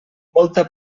molta